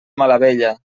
malavella